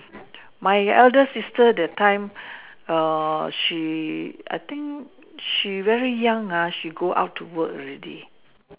my elder sister that time err she I think she very young ah she go out to work already